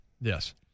Yes